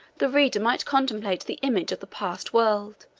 the reader might contemplate the image of the past world,